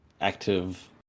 active